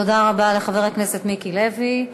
תודה רבה לחבר הכנסת מיקי לוי.